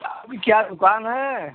तो आपकी क्या दुकान है